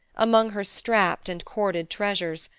among her strapped and corded treasures,